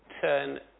turn